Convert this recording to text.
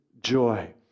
joy